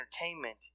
entertainment